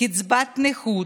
קצבת נכות,